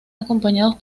acompañados